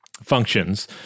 Functions